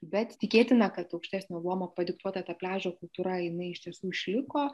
bet tikėtina kad aukštesnio luomo padiktuota ta pliažo kultūra jinai iš tiesų išliko